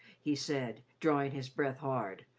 he said, drawing his breath hard.